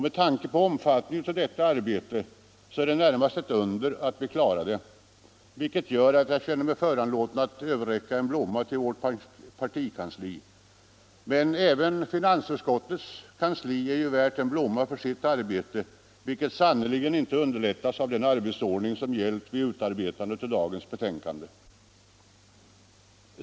Med tanke på omfattningen av detta arbete är det närmast ett under att vi klarade det, vilket gör att jag känner mig föranlåten att överräcka en stor blomma till vårt partikansli. Men även finansutskottets kansli är värt en blomma för sitt arbete, vilket sannerligen inte underlättats av den arbetsordning som gällt vid utarbetandet av dagens betänkande.